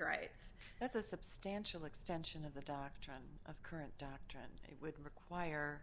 rights that's a substantial extension of the doctrine of current doctrine it would require